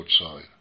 outside